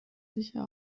sicher